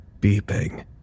beeping